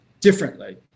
differently